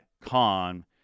Con